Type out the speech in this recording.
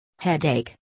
Headache